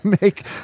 Make